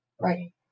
right